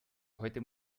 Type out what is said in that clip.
heute